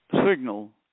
signal